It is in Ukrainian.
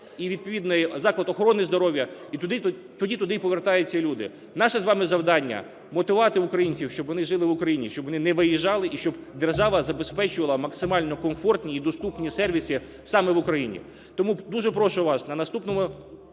і відповідний заклад охорони здоров'я, і тоді туди повертаються й люди. Наше з вами завдання: мотивувати українців, щоб вони жили в Україні, щоб вони не виїжджали і щоб держава забезпечувала максимально комфортні і доступні сервіси саме в Україні. Тому дуже прошу вас на наступному